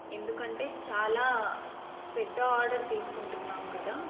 ఎందుకంటే చాలా పెద్ద ఆర్డర్ తీసుకుంటున్నాం కదా